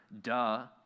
Duh